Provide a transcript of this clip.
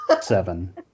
seven